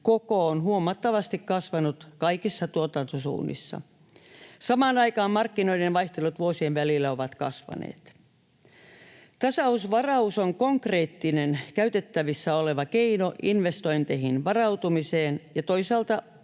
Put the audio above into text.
koko on huomattavasti kasvanut kaikissa tuotantosuunnissa. Samaan aikaan markkinoiden vaihtelut vuosien välillä ovat kasvaneet. Tasausvaraus on konkreettinen, käytettävissä oleva keino investointeihin varautumiseen ja toisaalta